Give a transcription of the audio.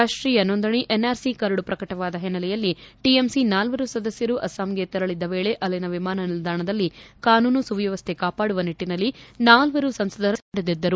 ರಾಷ್ಲೀಯ ನೋಂದಣಿ ಎನ್ಆರ್ಸಿ ಕರಡು ಪ್ರಕಟವಾದ ಹಿನ್ನೆಲೆಯಲ್ಲಿ ಟಿಎಂಸಿ ನಾಲ್ವರು ಸದಸ್ಯರು ಅಸ್ವಾಂಗೆ ತೆರಳಿದ್ದ ವೇಳೆ ಅಲ್ಲಿನ ವಿಮಾನ ನಿಲ್ದಾಣದಲ್ಲಿ ಕಾನೂನು ಸುವ್ಯವಸ್ಥೆ ಕಾಪಾಡುವ ನಿಟ್ಟನಲ್ಲಿ ನಾಲ್ವರು ಸಂಸದರನ್ನು ಪೊಲೀಸರು ತಡೆದಿದ್ದರು